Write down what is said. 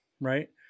right